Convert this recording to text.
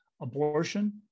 Abortion